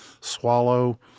swallow